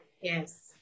Yes